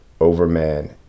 overman